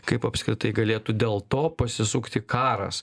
kaip apskritai galėtų dėl to pasisukti karas